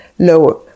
lower